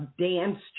dance